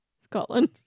Scotland